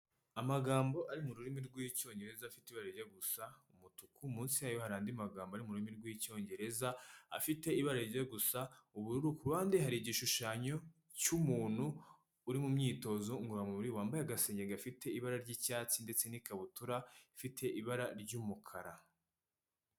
Amagambo ari mu rurimi rw'icyongereza afite ibara rimwe gusa umutuku, munsi yayo hari andi magambo ari murimi rw'icyongereza afite ibara rijya gusa ubururu, ku hande hari igishushanyo cy'umuntu uri mu myitozo ngororamubiri wambaye agasengenge gafite ibara ry'icyatsi ndetse n'ikabutura ifite ibara ry'umukara.